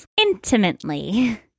Intimately